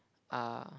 are